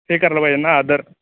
हे करायला पाहिजे ना आदर